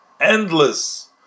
endless